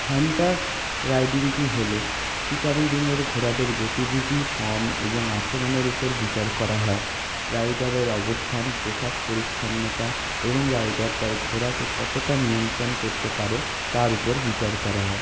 Hunter রাইডিংটি হল শিকারি রিংয়ের ঘোড়াদের গতিবিধি ফর্ম এবং আচরণের উপর বিচার করা হয় রাইডারের অবস্থান পোশাক পরিচ্ছন্নতা এবং রাইডার তার ঘোড়াকে কতটা নিয়ন্ত্রণ করতে পারে তার উপর বিচার করা হয়